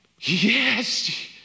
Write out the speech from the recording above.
Yes